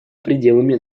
пределами